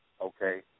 Okay